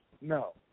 no